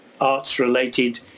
arts-related